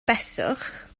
beswch